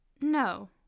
no